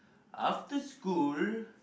after school